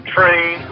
Train